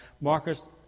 Marcus